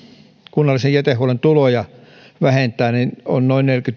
kunnallisen jätehuollon tuloja vähentää on noin